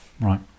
right